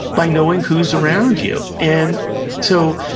by knowing who's around you. and so,